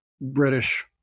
British